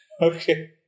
Okay